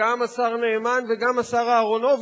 גם השר נאמן וגם השר אהרונוביץ,